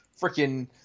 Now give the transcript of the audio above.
freaking